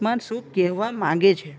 માં શું કહેવા માંગે છે